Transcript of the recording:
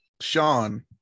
Sean